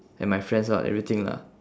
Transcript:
and my friends lah everything lah